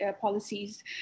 policies